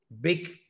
big